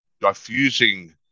diffusing